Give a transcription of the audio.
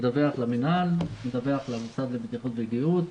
אני מדווח למינהל, מדווח למוסד לבטיחות וגהות,